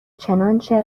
چنانچه